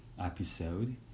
episode